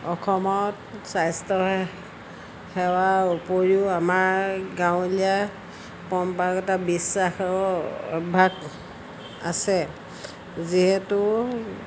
অসমত স্বাস্থ্য সেৱাৰ উপৰিও আমাৰ গাঁৱলীয়া পৰম্পৰাগত বিশ্বাস আৰু অভ্যাস আছে যিহেতু